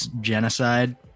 genocide